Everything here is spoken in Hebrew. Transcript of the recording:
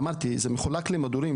זה מחולק למדורים,